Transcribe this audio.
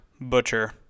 butcher